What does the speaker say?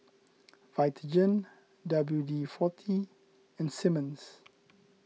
Vitagen W D forty and Simmons